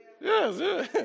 Yes